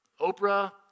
Oprah